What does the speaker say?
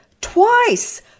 twice